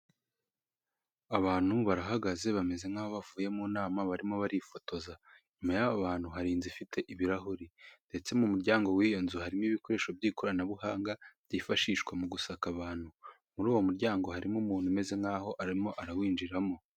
Abantu barahagaze bameze nk'aho bavuye mu nama barimo barifotoza. Inyuma y'abo bantu hari inzu ifite ibirahuri ndetse mu muryango w'iyo nzu harimo ibikoresho by'ikoranabuhanga byifashishwa mu gusaka abantu. Muri uwo muryango harimo umuntu umeze nk'aho arimo arawinjiramo.